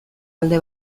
alde